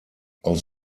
aus